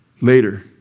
later